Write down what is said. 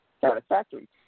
satisfactory